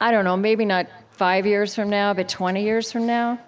i don't know, maybe not five years from now, but twenty years from now,